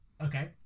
okay